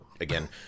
again